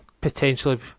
potentially